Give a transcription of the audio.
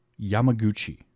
Yamaguchi